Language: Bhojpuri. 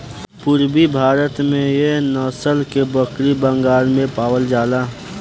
पूरबी भारत में एह नसल के बकरी बंगाल में पावल जाला